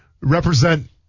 represent